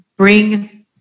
bring